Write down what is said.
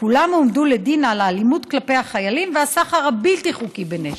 כולם הועמדו לדין על האלימות כלפי החיילים והסחר הבלתי-חוקי בנשק.